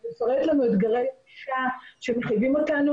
הוא --- אתגרי ענישה שמחייבים אותנו